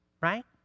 Right